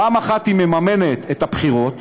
פעם אחת היא מממנת את הבחירות,